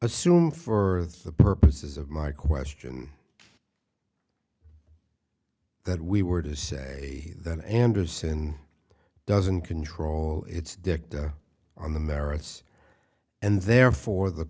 assume for the purposes of my question that we were to say that andersen doesn't control its dicta on the merits and therefore the